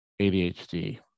ADHD